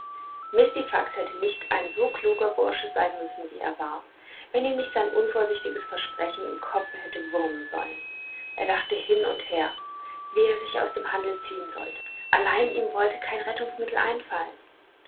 mistifax hätte nicht ein so kluger bursche sein müssen wie er war wenn ihn nicht sein unvorsichtiges versprechen im kopfe hätte wurmen sollen er dachte hin und her wie er sich aus dem handel ziehen sollte allein ihm wollte kein rettungsmittel einfallen